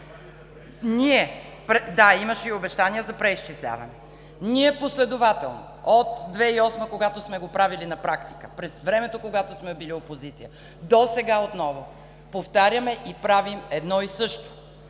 Да, имаше и обещания за преизчисляване. Ние последователно – от 2008-а, когато сме го правили на практика, през времето, когато сме били опозиция, до сега отново повтаряме и правим едно и също